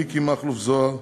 מכלוף מיקי זוהר,